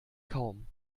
kaum